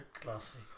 Classy